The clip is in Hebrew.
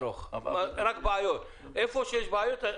אחרים?